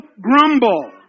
grumble